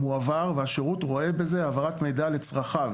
מועבר והשירות רואה בזה העברת מידע לצרכיו.